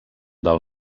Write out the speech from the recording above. del